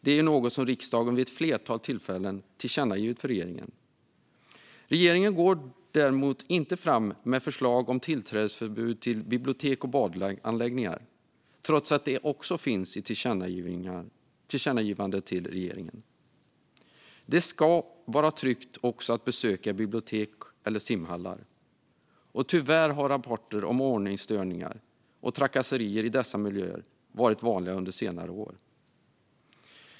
Detta är något som riksdagen vid ett flertal tillfällen riktat tillkännagivanden till regeringen om. Regeringen går däremot inte fram med förslag om tillträdesförbud till bibliotek och badanläggningar, trots att även detta har funnits med i tillkännagivanden till regeringen. Det ska vara tryggt också att besöka bibliotek och simhallar. Tyvärr har rapporter om ordningsstörningar och trakasserier i dessa miljöer varit vanliga under senare år.